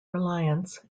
reliance